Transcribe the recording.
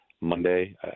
Monday